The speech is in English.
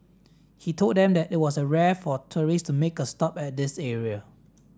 he told them that it was rare for tourists to make a stop at this area